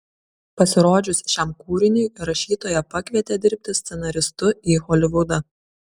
pasirodžius šiam kūriniui rašytoją pakvietė dirbti scenaristu į holivudą